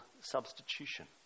substitution